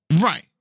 Right